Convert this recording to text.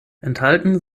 enthalten